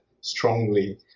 strongly